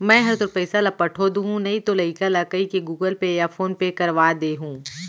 मैं हर तोर पइसा ल पठो दुहूँ नइतो लइका ल कइके गूगल पे या फोन पे करवा दे हूँ